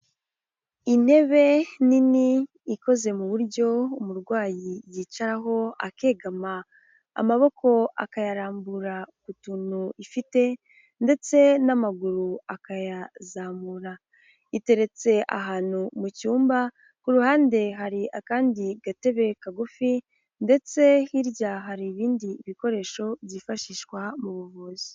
Intebe nini ikoze mu buryo umurwayi yicaraho akegama, amaboko akayarambura ku tuntu ifite ndetse n'amaguru akayazamura; iteretse ahantu mu cyumba, ku ruhande hari akandi gatebe kagufi, ndetse hirya hari ibindi bikoresho byifashishwa mu buvuzi.